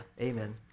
amen